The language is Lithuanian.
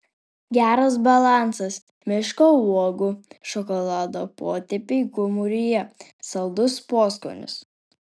geras balansas miško uogų šokolado potėpiai gomuryje saldus poskonis